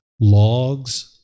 logs